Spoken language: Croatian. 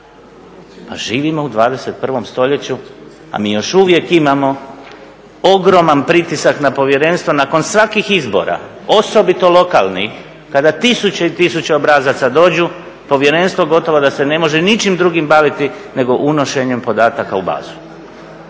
Pa živimo u 21. stoljeću, a mi još uvijek imamo ogroman pritisak na Povjerenstvo nakon svakih izbora, osobito lokalnih kada tisuće i tisuće obrazaca dođu, Povjerenstvo gotovo da se ne može ničim drugim baviti nego unošenjem podataka u bazu.